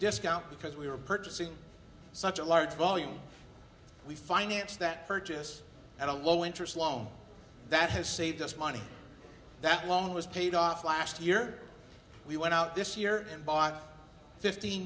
discount because we were purchasing such a large volume we financed that purchase at a low interest loan that has saved us money that loan was paid off last year we went out this year and bought fift